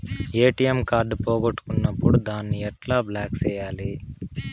ATM card పోగొట్టుకున్నప్పుడు దాన్ని ఎట్లా బ్లాక్ సేయాలి